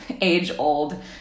age-old